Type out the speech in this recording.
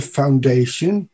foundation